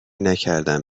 نکردم